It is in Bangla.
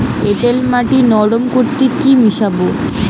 এঁটেল মাটি নরম করতে কি মিশাব?